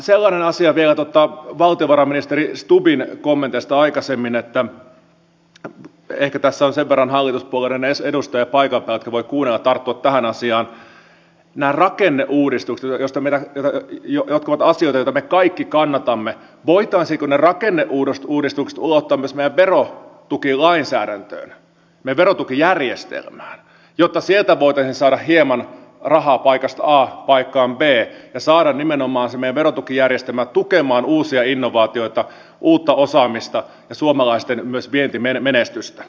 sellainen asia vielä valtiovarainministeri stubbin kommenteista aikaisemmin ehkä tässä on sen verran paikan päällä hallituspuolueiden edustajia jotka voivat kuunnella ja tarttua tähän asiaan että voitaisiinko nämä rakenneuudistukset jotka ovat asioita joita me kaikki kannatamme ulottaa myös meidän verotukilainsäädäntöömme meidän verotukijärjestelmäämme jotta sieltä voitaisiin saada hieman rahaa paikasta a paikkaan b ja saada nimenomaan se verotukijärjestelmä tukemaan uusia innovaatioita uutta osaamista ja suomalaisten myös vientimenestystä